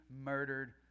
murdered